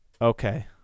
Okay